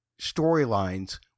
storylines